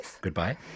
Goodbye